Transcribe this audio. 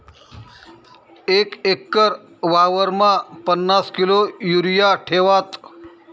एक एकर वावरमा पन्नास किलो युरिया ठेवात